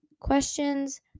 questions